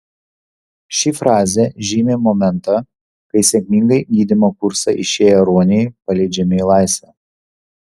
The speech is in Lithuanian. ši frazė žymi momentą kai sėkmingai gydymo kursą išėję ruoniai paleidžiami į laisvę